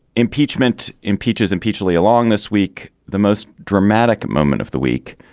impeachment. impeachment and peacefully along this week. the most dramatic moment of the week.